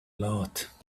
lot